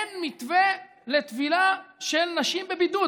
אין מתווה לטבילה של נשים בבידוד?